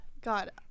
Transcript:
god